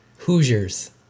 Hoosiers